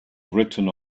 written